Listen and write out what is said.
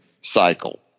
cycle